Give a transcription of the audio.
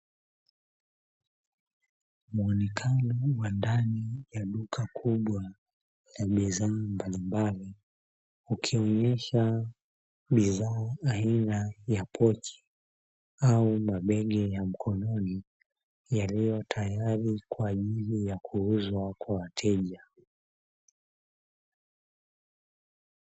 Muonekano wa ndani ya duka kubwa lenye bidhaa mbalimbali likionyesha bidhaa aina ya pochi yenye muonekano mbalimbali